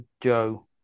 Joe